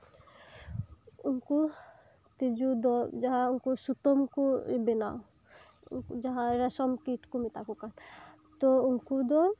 ᱩᱱᱠᱩ ᱛᱤᱡᱩ ᱫᱚ ᱡᱟᱦᱟᱸᱭ ᱩᱱᱠᱩ ᱥᱩᱛᱟᱹᱢ ᱠᱚ ᱵᱮᱱᱟᱣ ᱩᱱᱠᱩ ᱡᱟᱦᱟᱸᱭ ᱨᱮᱥᱚᱢ ᱠᱤᱴ ᱠᱚ ᱢᱮᱛᱟᱠᱚ ᱠᱟᱱ ᱛᱚ ᱩᱱᱠᱩ ᱫᱚ